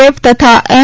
F તથા N